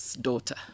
daughter